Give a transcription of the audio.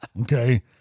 Okay